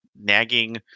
nagging